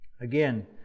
Again